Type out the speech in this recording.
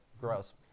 Gross